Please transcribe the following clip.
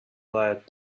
light